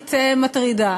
פרסונלית מטרידה.